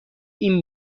این